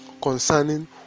concerning